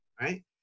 Right